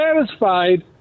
satisfied